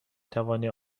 توانی